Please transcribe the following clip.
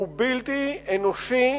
הוא בלתי אנושי,